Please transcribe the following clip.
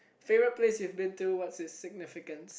favourite place you've been to what's its significance